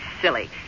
silly